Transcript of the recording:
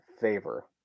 favor